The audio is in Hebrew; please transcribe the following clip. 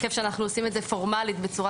כיף שאנחנו עושים את זה פורמלית בצורה